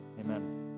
Amen